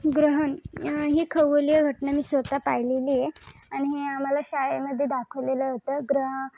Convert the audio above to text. ग्रहण ही खगोलीय घटना मी स्वतः पाहिलेली आहे आणि हे आम्हाला शाळेमध्ये दाखवलेलं होतं ग्रह